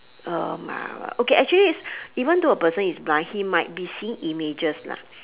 oh my god okay actually it's even though a person is blind he might be seeing images lah